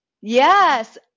Yes